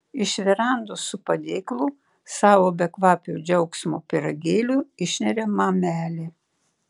iš verandos su padėklu savo bekvapių džiaugsmo pyragėlių išneria mamelė